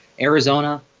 Arizona